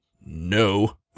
No